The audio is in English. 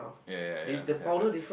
ya ya ya have have